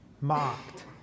mocked